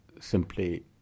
simply